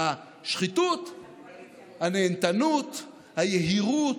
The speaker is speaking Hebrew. השחיתות, הנהנתנות, היהירות,